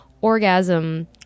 orgasm